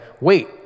wait